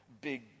big